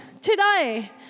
today